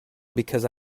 because